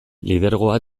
lidergoa